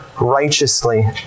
righteously